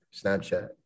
snapchat